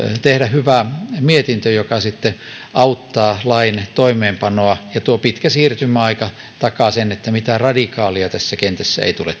tehdä hyvä mietintö joka sitten auttaa lain toimeenpanoa ja tuo pitkä siirtymäaika takaa sen että mitään radikaalia tässä kentässä ei tule